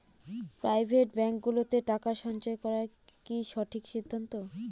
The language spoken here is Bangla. প্রাইভেট ব্যাঙ্কগুলোতে টাকা সঞ্চয় করা কি সঠিক সিদ্ধান্ত?